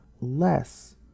less